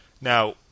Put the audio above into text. Now